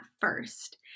first